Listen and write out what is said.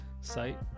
site